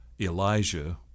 Elijah